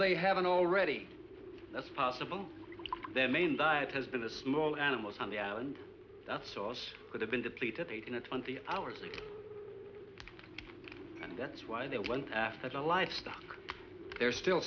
they haven't already that's possible their main diet has been a small animals on the island that source could have been depleted in a twenty hours and that's why they went after the livestock there are still